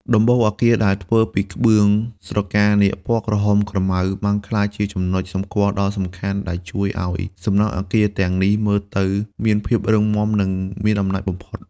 ដំបូលអគារដែលធ្វើពីក្បឿងស្រកានាគពណ៌ក្រហមក្រមៅ បានក្លាយជាចំណុចសម្គាល់ដ៏សំខាន់ដែលជួយឱ្យសំណង់អគារទាំងនេះមើលទៅមានភាពរឹងមាំ និងមានអំណាចបំផុត។